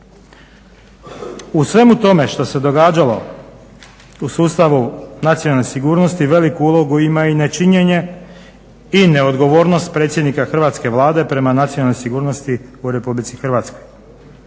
U svemu tome što se događalo u sustavu nacionalne sigurnosti veliku ulogu ima i nečinjenje i neodgovornost predsjednika hrvatske Vlade prema nacionalnoj sigurnosti u RH. bilo bi puno